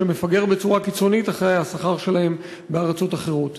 שמפגר בצורה קיצונית אחרי השכר שלהם בארצות אחרות.